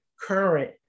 current